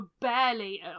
barely